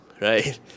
Right